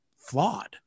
flawed